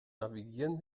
navigieren